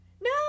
no